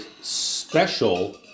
special